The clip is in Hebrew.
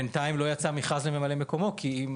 בינתיים לא יצא מכרז לממלא מקומו, כי אם